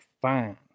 fine